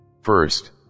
First